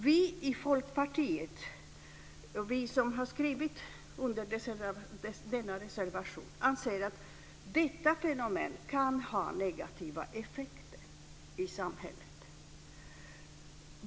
Vi i Folkpartiet, som har skrivit under reservationen, anser att detta fenomen kan ha negativa effekter i samhället.